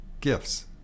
gifts